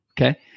Okay